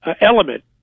element